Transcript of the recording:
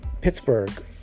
Pittsburgh